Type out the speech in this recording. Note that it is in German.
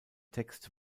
text